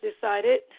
decided